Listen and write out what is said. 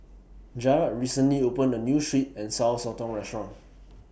Jarad recently opened A New Sweet and Sour Sotong Restaurant